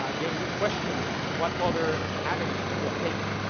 ah then we question what other avenues we could have taken.